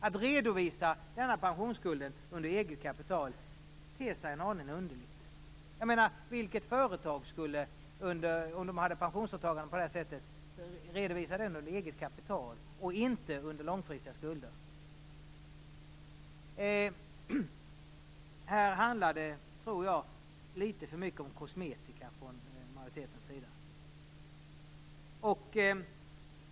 Att redovisa denna pensionsskuld under eget kapital ter sig en aning underligt. Vilket företag skulle, om det hade ett sådant pensionsåtagande, redovisa det under eget kapital och inte under långfristiga skulder? Här handlar det litet för mycket om kosmetika.